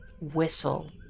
whistle